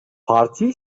parti